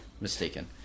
mistaken